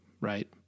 right